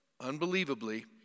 Unbelievably